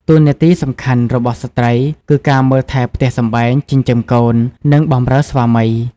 តួនាទីសំខាន់របស់ស្ត្រីគឺការមើលថែផ្ទះសម្បែង ចិញ្ចឹមកូន និងបម្រើស្វាមី ។